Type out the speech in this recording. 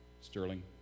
Sterling